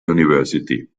university